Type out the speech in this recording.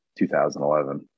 2011